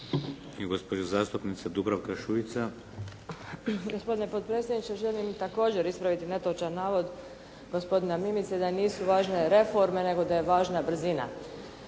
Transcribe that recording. Šuica. **Šuica, Dubravka (HDZ)** Gospodine potpredsjedniče želim također ispraviti netočan navod gospodina Mimice da nisu važne reforme nego da je važna brzina.